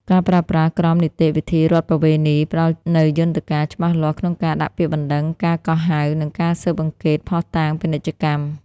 ការប្រើប្រាស់ "ក្រមនីតិវិធីរដ្ឋប្បវេណី" ផ្ដល់នូវយន្តការច្បាស់លាស់ក្នុងការដាក់ពាក្យបណ្ដឹង ការកោះហៅ និងការស៊ើបអង្កេតភស្តុតាងពាណិជ្ជកម្ម។